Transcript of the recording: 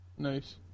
nice